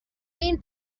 این